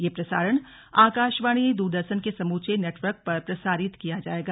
यह प्रसारण आकाशवाणी दूरदर्शन के समूचे नेटवर्क पर प्रसारित किया जाएगा